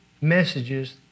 messages